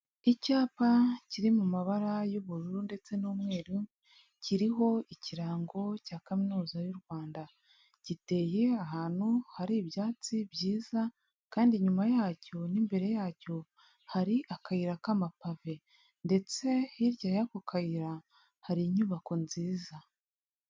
Icyapa kiri mu mabara y'ubururu ndetse n'umweru, kiriho ikirango cya kaminuza y'u Rwanda, giteye ahantu hari ibyatsi byiza kandi inyuma yacyo n'imbere yacyo hari akayira k'amapave, ndetse hirya y'ako kayira hari inyubako nziza.